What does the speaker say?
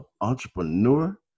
entrepreneur